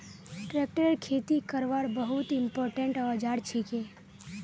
tractor खेती करवार बहुत इंपोर्टेंट औजार छिके